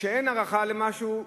כשאין הערכה למשהו,